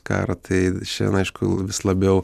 karą tai šiandien aišku vis labiau